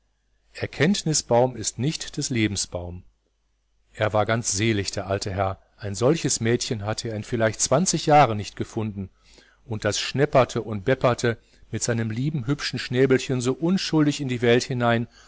knowledge is not that of life er war ganz selig der alte herr ein solches mädchen hatte er in vielleicht zwanzig jahren nicht gefunden und das schnepperte und bepperte mit seinem lieben hübschen schnäbelchen so unschuldig in die welt hinein